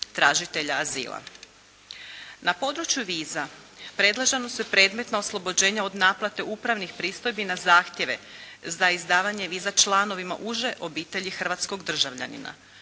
tražitelja azila. Na području viza predložena su predmetna oslobođenja od naplate upravnih pristojbi na zahtjeve za izdavanje viza članovima uže obitelji hrvatskog državljanina.